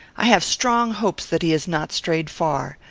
i have strong hopes that he has not strayed far.